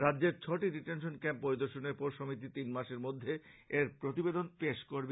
রাজ্যের ছটি detention camp পরিদর্শনের পর সমিতি তিনমাসের মধ্যে এর প্রতিবেদন দাখিল করবে